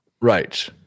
Right